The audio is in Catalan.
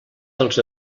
dels